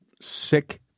sick